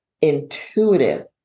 intuitive